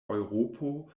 eŭropo